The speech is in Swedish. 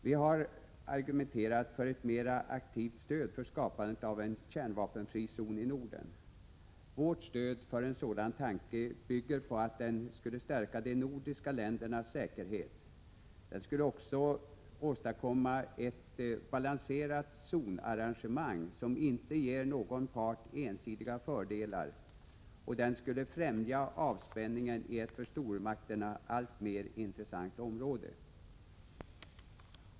Vi har argumenterat för ett mera aktivt stöd för skapandet av en kärnvapenfri zon i Norden. Vårt stöd för en sådan tanke bygger på att en kärnvapenfri zon i Norden skulle stärka de nordiska ländernas säkerhet. Den skulle också åstadkomma ett balanserat zonarrangemang, som inte ger någon part ensidiga fördelar. Den skulle främja avspänningen i ett för stormakterna alltmer intressant område.